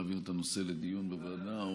להעביר את הנושא לדיון בוועדה,